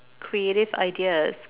creative ideas